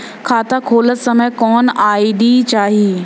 खाता खोलत समय कौन आई.डी चाही?